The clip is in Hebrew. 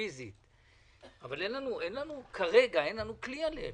פיזית אבל כרגע אין לנו כלי עליהם,